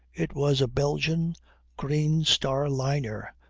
it was a belgian green star liner,